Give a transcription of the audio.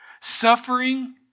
Suffering